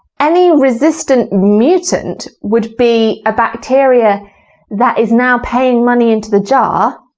any resistant mutant would be a bacterium that is now paying money into the jar.